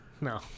No